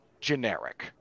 generic